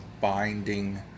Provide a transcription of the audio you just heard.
binding